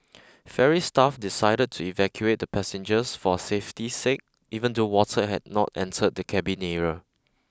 ferry staff decided to evacuate the passengers for safety's sake even though water had not entered the cabin area